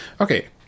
okay